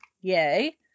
Yay